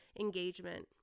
engagement